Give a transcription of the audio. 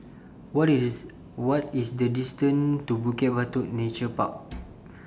What IS What IS The distance to Bukit Batok Nature Park